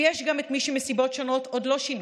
ויש גם מי שמסיבות שונות עוד לא שינו